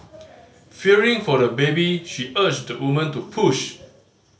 fearing for the baby she urged the woman to push